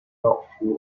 doubtful